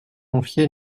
confié